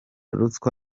ruswa